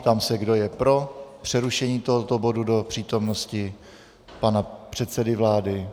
Ptám se, kdo je pro přerušení tohoto bodu do přítomnosti pana předsedy vlády.